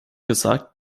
gesagt